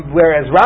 whereas